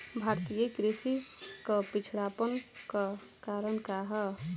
भारतीय कृषि क पिछड़ापन क कारण का ह?